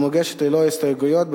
המוגשת ללא הסתייגויות,